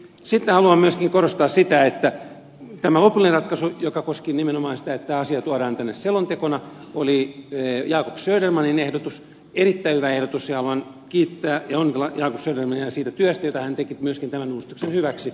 sitten haluan myöskin korostaa sitä että tämä lopullinen ratkaisu joka koski nimenomaan sitä että asia tuodaan tänne selontekona oli jacob södermanin ehdotus erittäin hyvä ehdotus ja haluan kiittää ja onnitella jacob södermania siitä työstä jota hän teki myöskin tämän uudistuksen hyväksi